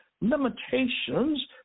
limitations